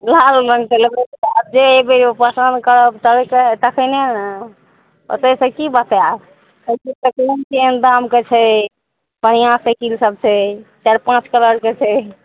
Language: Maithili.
लाल रङ्गके लेबै तऽ जे अयबै ओ पसन्द करब तरहके तखने ने ओतय सऽ की बतायब साइकिल तऽ केहन केहन दामके छै बढ़िआँ साइकिल सब छै चारि पाँच कलरके छै